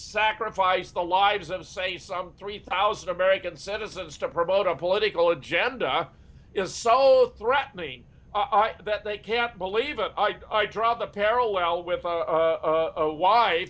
sacrifice the lives of say some three thousand american citizens to promote a political agenda is so old threatening that they can't believe it i draw the parallel with a